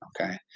Okay